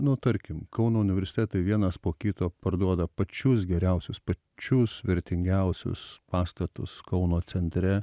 nu tarkim kauno universitetai vienas po kito parduoda pačius geriausius pačius vertingiausius pastatus kauno centre